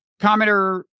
commenter